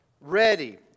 ready